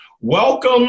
Welcome